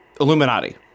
Illuminati